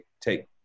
take